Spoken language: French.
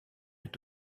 est